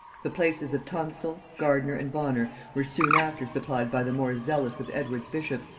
the places of tonstal, gardiner, and bonner, were soon after supplied by the more zealous of edward's bishops,